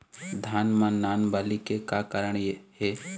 धान म नान बाली के का कारण हे?